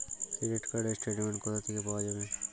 Credit card র statement কোথা থেকে পাওয়া যাবে?